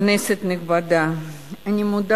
כבוד היושבת-ראש, כנסת נכבדה, אני מודה